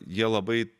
jie labai